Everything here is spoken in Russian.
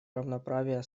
равноправия